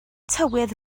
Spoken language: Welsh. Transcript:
tywydd